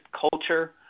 culture